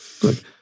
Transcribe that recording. Good